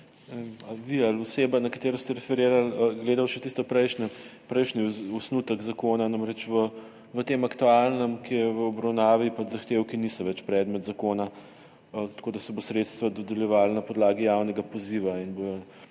vi ali oseba, na katero ste referirali, gledali še tisti prejšnji osnutek zakona, namreč v tem aktualnem, ki je v obravnavi, zahtevki niso več predmet zakona, tako da se bo sredstva dodeljevalo na podlagi javnega poziva in bodo